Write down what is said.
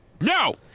no